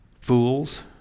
fools